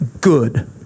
good